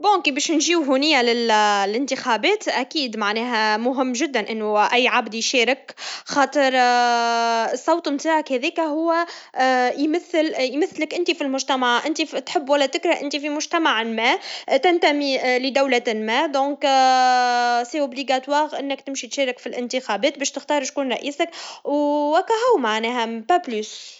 من المهم المشاركة بالتصويت في الانتخابات لأن التصويت هو أداة التعبير عن رأينا. إذا ما صوّتناش، معناتها نتركوا الفرصة لغيرنا يقرّر عنّا. التصويت يعطي كل واحد فرصة يشارك في تحسين الأوضاع واتخاذ القرارات المناسبة لمصلحة الجميع. كما أن التفاعل السياسي يساهم في التغيير الإيجابي.